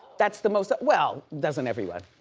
that's the most, well, doesn't everyone.